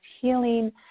healing